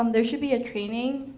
um there should be a training,